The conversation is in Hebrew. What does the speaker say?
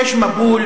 יש מבול